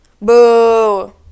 Boo